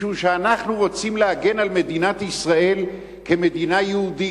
משום שאנחנו רוצים להגן על מדינת ישראל כמדינה יהודית.